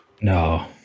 No